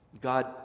God